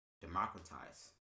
democratize